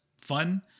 fun